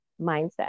mindset